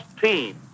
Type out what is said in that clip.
team